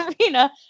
arena